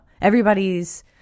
everybody's